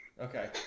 Okay